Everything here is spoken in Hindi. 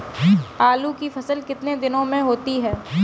आलू की फसल कितने दिनों में होती है?